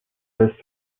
less